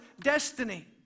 destiny